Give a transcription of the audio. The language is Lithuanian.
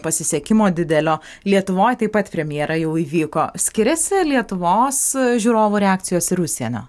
pasisekimo didelio lietuvoj taip pat premjera jau įvyko skiriasi lietuvos žiūrovų reakcijos ir užsienio